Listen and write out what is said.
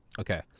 Okay